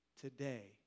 today